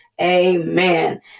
amen